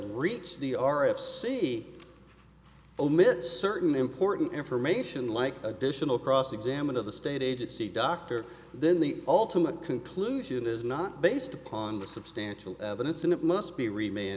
reached the r f c omits certain important information like additional cross examine of the state agency doctor then the ultimate conclusion is not based upon the substantial evidence and it must be remain